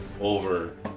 over